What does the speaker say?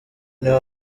niho